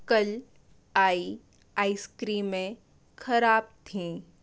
कल आई आइसक्रीमें ख़राब थीं